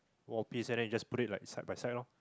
wall piece and then you just put it like side by side ah